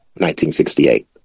1968